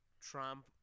Trump